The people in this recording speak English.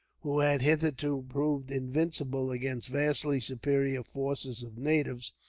who had hitherto proved invincible against vastly superior forces of natives,